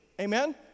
Amen